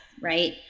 right